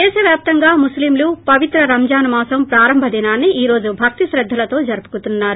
దేశవ్యాప్తంగా ముస్లింలు పవిత్ర రంజాన్ మాసం ప్రారంభ దినాన్ని ఈ రోజు భక్తి క్రద్దలతో జరుపుకున్నారు